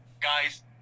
guys